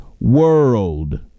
world